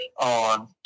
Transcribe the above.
on